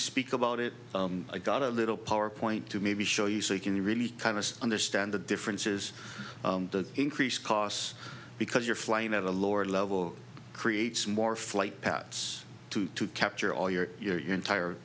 speak about it i got a little power point to maybe show you so you can really kind of understand the difference is the increased costs because you're flying at a lower level creates more flight paths to to capture all your your your entire